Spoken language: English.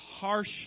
harsh